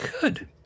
Good